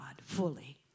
fully